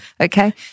Okay